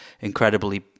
incredibly